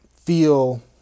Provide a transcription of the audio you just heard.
feel